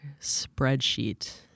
spreadsheet